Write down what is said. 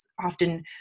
often